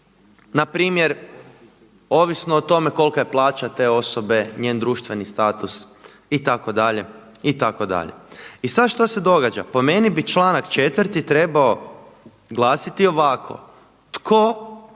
nekim npr. ovisno o tome kolika je plaća te osobe, njen društveni status itd. itd. I sad šta se događa? Po meni bi članak 4. trebao glasiti ovako tko